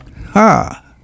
Ha